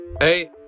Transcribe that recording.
hey